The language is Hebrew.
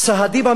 כמו שאומרים,